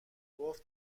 گفت